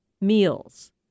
meals